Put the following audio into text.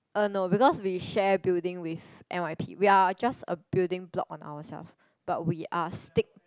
um no because we share building with n_y_p we are just a building block on ourself but we are stick